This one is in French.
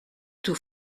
tout